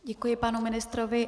Děkuji panu ministrovi.